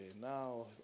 now